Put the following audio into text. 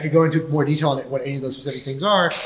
could go into more detail on what any of those specific things are.